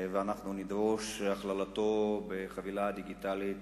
ונדרוש את הכללתו בחבילה הדיגיטלית